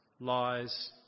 lies